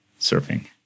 surfing